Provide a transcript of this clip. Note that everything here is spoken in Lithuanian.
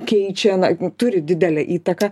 keičia na turi didelę įtaką